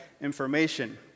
information